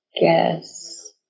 guess